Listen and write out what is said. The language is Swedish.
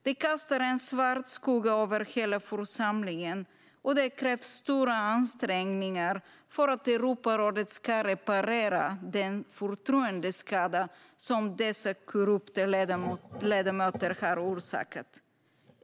Det kastar en svart skugga över hela församlingen, och det krävs stora ansträngningar för att Europarådet ska reparera den förtroendeskada som dessa korrupta ledamöter har orsakat.